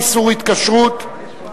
איסור התקשרות),